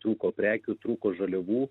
trūko prekių trūko žaliavų